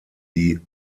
die